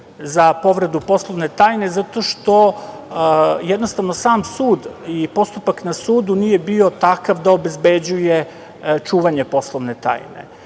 za povredu poslovne tajne zato što jednostavno sam sud i postupak na sudu nije bio takav da obezbeđuje čuvanje poslovne tajne. Sada